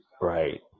Right